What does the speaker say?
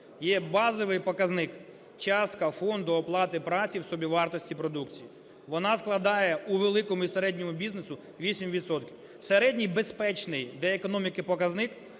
є базовий показник - частка фонду оплати праці в собівартості продукції. Вона складає у великому і середньому бізнесі 8 відсотків. Середній, безпечний для економіки, показник